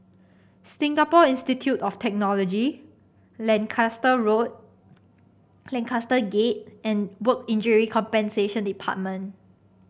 Singapore Institute of Technology Lancaster Road Lancaster Gate and Work Injury Compensation Department